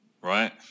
right